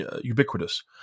ubiquitous